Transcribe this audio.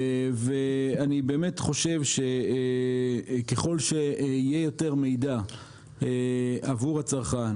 ואני חושב שככל שיהיה יותר מידע עבור צרכן